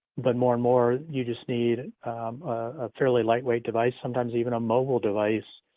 but more and more you just need a fairly lightweight device, sometimes even a mobile device,